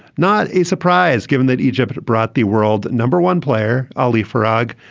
not a surprise given that egypt brought the world number one player, ali farag,